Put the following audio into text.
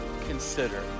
consider